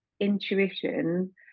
intuition